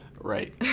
Right